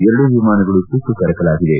ಎರಡೂ ವಿಮಾನಗಳು ಸುಟ್ಟು ಕರಕಲಾಗಿವೆ